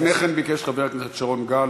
לפני כן ביקש חבר הכנסת שרון גל.